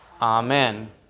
Amen